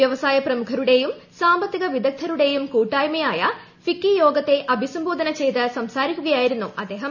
വ്യവസായ പ്രമുഖരുടേയും സാമ്പത്തിക വിദഗ്ധരുടേയും കൂട്ടായ്മയായ ഫിക്കി യോഗത്തെ അഭിസംബോധന ചെയ്ത് സംസാരിക്കുകയായിരുന്നു അദ്ദേഹം